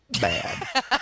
Bad